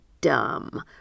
dumb